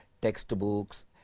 textbooks